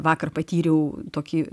vakar patyriau tokį